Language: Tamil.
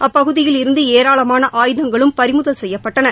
அப்பகுதியில் இருந்து ஏராளமான ஆயுதங்களும் பறிமுதல் செய்யப்பட்டன